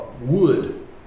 wood